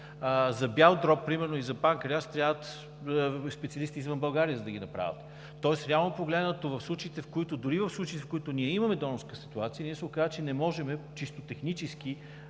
за бял дроб примерно и за панкреас трябват специалисти извън България, за да ги направят. Тоест реално погледнато дори и в случаите, в които ние имаме донорска ситуация, се оказва, че ние не можем чисто технически,